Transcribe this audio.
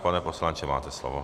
Pane poslanče, máte slovo.